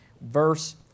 verse